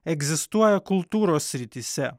egzistuoja kultūros srityse